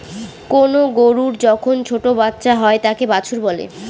কোনো গরুর যখন ছোটো বাচ্চা হয় তাকে বাছুর বলে